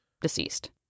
deceased